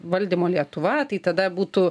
valdymo lietuva tai tada būtų